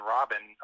Robin